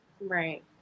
Right